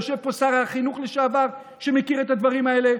יושב פה שר החינוך לשעבר, שמכיר את הדברים האלה.